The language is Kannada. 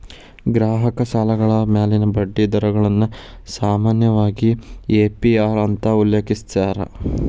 ಗ್ರಾಹಕ ಸಾಲಗಳ ಮ್ಯಾಲಿನ ಬಡ್ಡಿ ದರಗಳನ್ನ ಸಾಮಾನ್ಯವಾಗಿ ಎ.ಪಿ.ಅರ್ ಅಂತ ಉಲ್ಲೇಖಿಸ್ಯಾರ